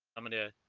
i'm gonna